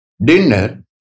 Dinner